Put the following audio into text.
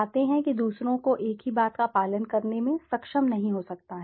खाते हैं कि दूसरों को एक ही बात का पालन करने में सक्षम नहीं हो सकता है